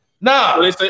Nah